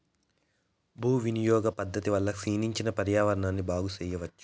భూ వినియోగ పద్ధతి వల్ల క్షీణించిన పర్యావరణాన్ని బాగు చెయ్యచ్చు